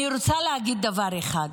אני רוצה להגיד דבר אחד,